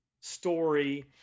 story